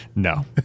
No